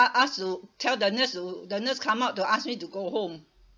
a~ ask to tell the nurse to the nurse come out to ask me to go home